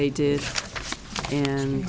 they did and